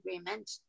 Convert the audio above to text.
agreement